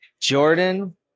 Jordan